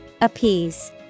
Appease